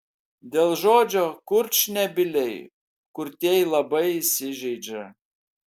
dėl žodžio kurčnebyliai kurtieji labai įsižeidžia